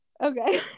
Okay